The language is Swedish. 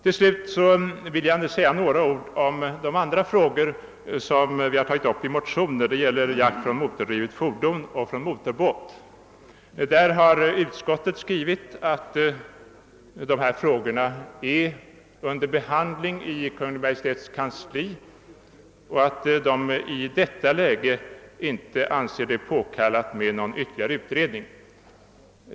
I motioner har vi också tagit upp 'rågorna om jakt från motordrivet fordon och jakt från motorbåt. Utskottet nar skrivit att dessa frågor är under behandling i Kungl. Maj:ts kansli och att det i detta läge inte anses påkallat med någon ytterligare utredning.